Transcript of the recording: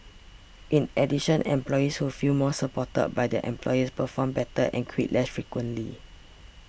in addition employees who feel more supported by their employers perform better and quit less frequently